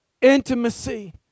Intimacy